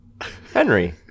Henry